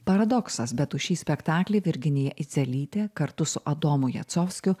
paradoksas bet už šį spektaklį virginija idzelytė kartu su adomu jacovskiu